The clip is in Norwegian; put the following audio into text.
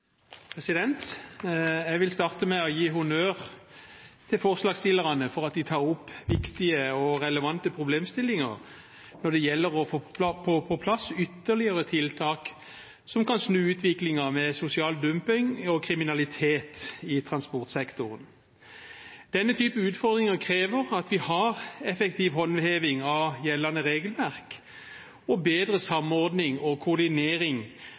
Jeg vil starte med å gi honnør til forslagsstillerne for at de tar opp viktige og relevante problemstillinger når det gjelder å få på plass ytterligere tiltak som kan snu utviklingen med sosial dumping og kriminalitet i transportsektoren. Denne typen utfordringer krever effektiv håndheving av gjeldende regelverk og bedre samordning og koordinering